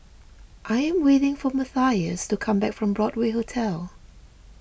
I am waiting for Mathias to come back from Broadway Hotel